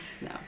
No